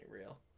real